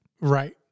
Right